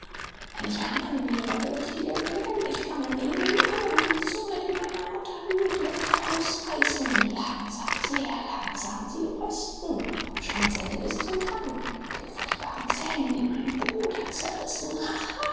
wenn ich ein mann wäre würde ich die löwen lebendig fangen ihnen die augen die zunge die meiner mutter blut leckte ausreißen und langsam sehr langsam sie rösten vom schwanzende bis zum fang mit den furchtbaren zähnen die meinen bruder zerrissen